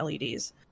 LEDs